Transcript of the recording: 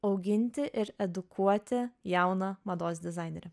auginti ir edukuoti jauną mados dizainerį